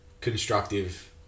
constructive